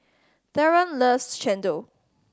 Theron loves chendol